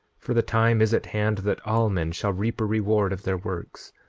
for the time is at hand that all men shall reap a reward of their works,